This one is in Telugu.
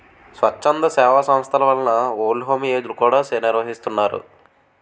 స్వచ్ఛంద సేవా సంస్థల వలన ఓల్డ్ హోమ్ ఏజ్ లు కూడా నిర్వహిస్తున్నారు